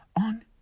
on